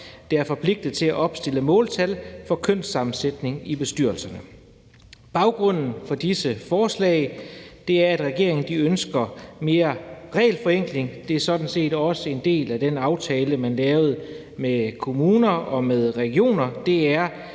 der er forpligtede til at opstille måltal for kønssammensætningen i bestyrelserne. Baggrunden for disse forslag er, at regeringen ønsker mere regelforenkling. Det er sådan set også en del af den aftale, man lavede med kommuner og med regioner,